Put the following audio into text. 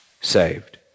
saved